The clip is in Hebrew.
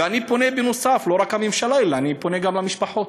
ואני פונה לא רק לממשלה, אלא אני פונה גם למשפחות,